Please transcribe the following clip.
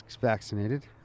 vaccinated